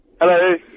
Hello